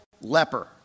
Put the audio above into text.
leper